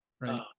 Right